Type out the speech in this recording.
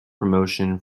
promotion